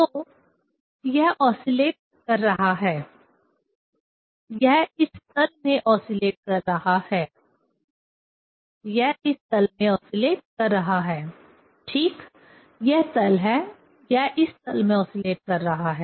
तो यह ओसीलेट कर रहा है यह इस तल में ओसीलेट कर रहा है यह इस तल में ओसीलेट कर रहा है ठीक यह तल है यह इस तल में ओसीलेट कर रहा है